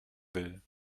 will